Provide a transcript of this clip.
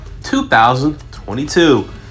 2022